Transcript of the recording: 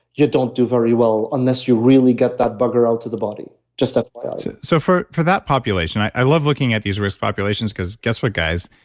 you don't do very well, unless you really get that bugger out to the body, just fyi ah so so for for that population, i love looking at these risk populations because guess what guys?